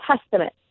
Testament